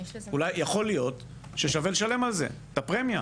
יכול להיות ששווה לשלם על זה את הפרמיה.